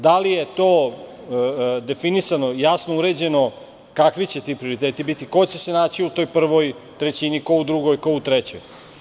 Da li je to definisano, jasno uređeno kakvi će ti prioriteti biti, ko će se naći u toj prvoj trećini, ko u drugoj, ko u trećoj?